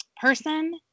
person